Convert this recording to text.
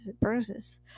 bruises